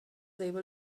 able